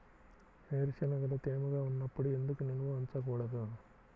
వేరుశనగలు తేమగా ఉన్నప్పుడు ఎందుకు నిల్వ ఉంచకూడదు?